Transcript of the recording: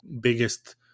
biggest